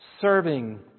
serving